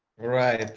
right.